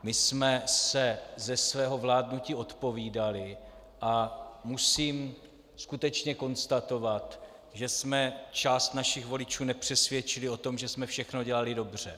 My jsme se ze svého vládnutí odpovídali a musím skutečně konstatovat, že jsme část našich voličů nepřesvědčili o tom, že jsme všechno dělali dobře.